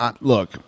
Look